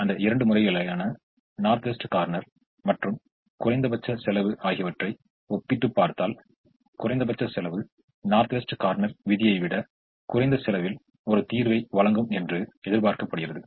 அந்த இரண்டு முறைகளான நார்த் வெஸ்ட் கார்னர் மற்றும் குறைந்தபட்ச செலவு ஆகியவற்றை ஒப்பிட்டுப் பார்த்தால் குறைந்தபட்ச செலவு நார்த் வெஸ்ட் கார்னர் விதியை விட குறைந்த செலவில் ஒரு தீர்வை வழங்கும் என்று எதிர்பார்க்கப்படுகிறது